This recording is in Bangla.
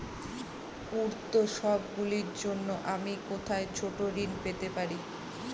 উত্সবগুলির জন্য আমি কোথায় ছোট ঋণ পেতে পারি?